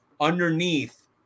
underneath